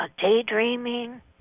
daydreaming